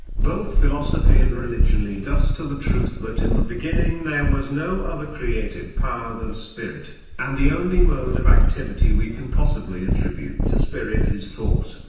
both philosophy and religion lead us to the truth that in the beginning there was no other creative power than spirit, and the only mode of activity we can possibly attribute to spirit is thought,